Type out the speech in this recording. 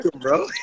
bro